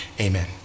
amen